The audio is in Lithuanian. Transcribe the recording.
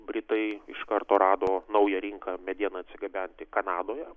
britai iš karto rado naują rinką medieną atsigabenti kanadoje